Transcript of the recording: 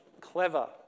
clever